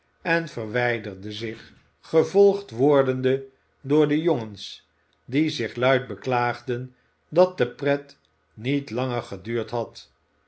en verwijderde zich gevolgd wordende door de jongens die zich luide beklaagden dat de pret niet langer geduurd had